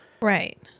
Right